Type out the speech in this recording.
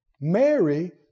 Mary